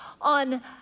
on